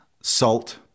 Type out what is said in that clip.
salt